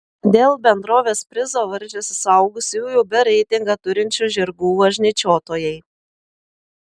dėl bendrovės prizo varžėsi suaugusiųjų b reitingą turinčių žirgų važnyčiotojai